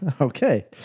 Okay